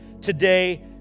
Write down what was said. today